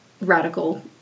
radical